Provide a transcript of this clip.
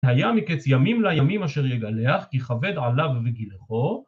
‫היה מקץ ימים לימים אשר יגלח, ‫כי כבד עליו וגילחו.